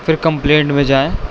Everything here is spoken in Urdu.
پھر کمپلینٹ میں جائیں